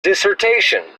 dissertation